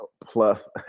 plus